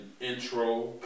Intro